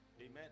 Amen